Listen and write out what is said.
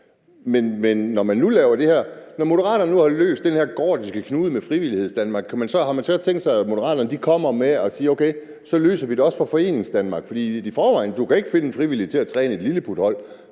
Men når Moderaterne nu har løst den her gordiske knude med Frivillighedsdanmark, har man så tænkt sig at sige: Okay, så løser vi det også for Foreningsdanmark? For i forvejen kan du ikke finde en frivillig til at træne lilleputhold,